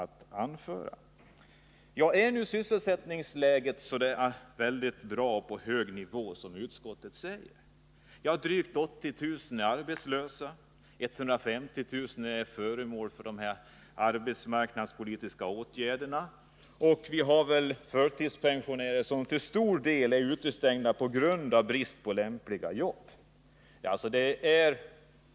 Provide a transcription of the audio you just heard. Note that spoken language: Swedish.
Är då sysselsättningsläget så väldigt bra och på en så hög nivå som utskottet säger? Drygt 80 000 är arbetslösa, 150 000 är föremål för arbetsmarknadspolitiska åtgärder och vidare finns förtidspensionärer, som till stor del är utestängda från arbetsmarknaden på grund av brist på lämpliga jobb.